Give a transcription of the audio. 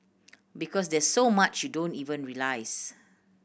because there's so much don't even realise